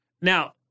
Now